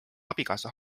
abikaasa